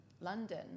London